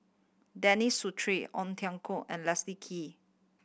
Denis Ong Tiong and Leslie Kee